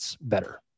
better